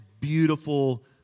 beautiful